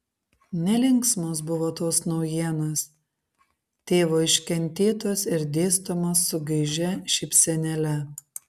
nelinksmos buvo tos naujienos tėvo iškentėtos ir dėstomos su gaižia šypsenėle